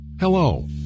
Hello